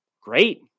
Great